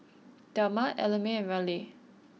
Delmar Ellamae and Raleigh